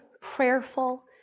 prayerful